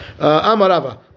Amarava